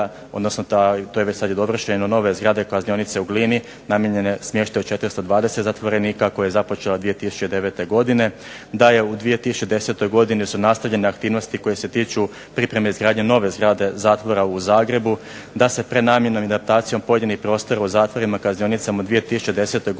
odnosno to je već sad i dovršeno nove zgrade, kaznionice u Glini, namijenjene smještaju 420 zatvorenika koja je započela 2009. godine, da je u 2010. godini su nastavljene aktivnosti koje se tiču pripreme i izgradnje nove zgrade zatvora u Zagrebu, da se prenamjenom i adaptacijom pojedinih prostora u zatvorima, kaznionicama u 2010. godini